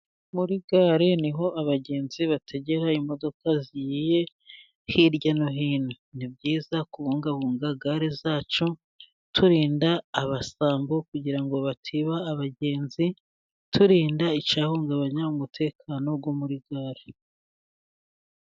Muri gare ni ho abagenzi bategera imodoka zigiye hirya no hino. Ni byiza kubungabunga gare zacu, turinda abasambo kugira ngo batiba abagenzi, turinda icyahungabanya umutekano wo muri gare.